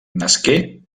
nasqué